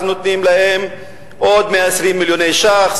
על זה שנותנים להם עוד 120 מיליון ש"ח.